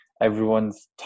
everyone's